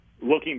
Looking